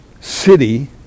city